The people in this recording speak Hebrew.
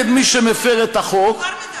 נגד מי שמפר את החוק, מאוחר מדי.